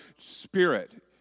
spirit